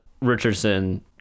Richardson